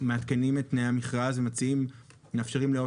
מעדכנים את תנאי המכרז ומאפשרים לעוד